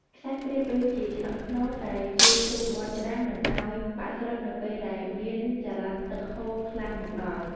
ខ្សាច់ប្រៀបដូចជាឆ្អឹងខ្នងដែលជួយទប់មាត់ច្រាំងមិនឱ្យ បាក់ស្រុតនៅពេលដែលមានចរន្តទឹកហូរខ្លាំងមកដល់។